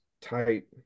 tight